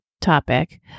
topic